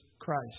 Christ